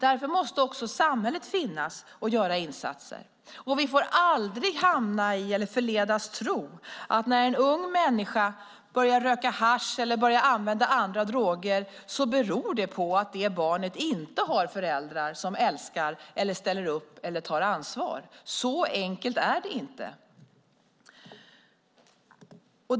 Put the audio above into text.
Därför måste också samhället göra insatser. Vi får aldrig förledas att tro att när en ung människa börja röka hasch eller använda andra droger beror det på att det barnet inte har föräldrar som älskar, ställer upp eller tar ansvar. Så enkelt är det inte.